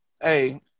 hey